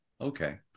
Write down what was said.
Okay